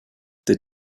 the